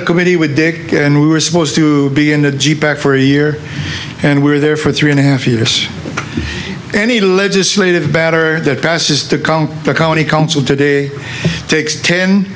a committee with dick and we were supposed to be in the jeep back for a year and we were there for three and a half years any legislative better that passes to come to the county council today takes ten